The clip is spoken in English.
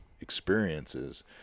experiences